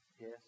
Yes